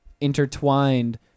intertwined